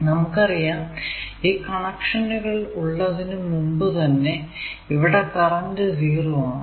നമുക്കറിയാം ഈ കണക്ഷനുകൾ ഉള്ളതിന് മുമ്പേ തന്നെ ഇവിടെ കറന്റ് 0 ആണ്